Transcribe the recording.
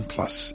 Plus